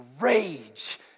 rage